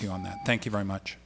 to you on that thank you very much